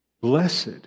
Blessed